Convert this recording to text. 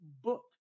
book